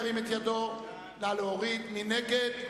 מי נגד?